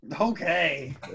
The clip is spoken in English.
Okay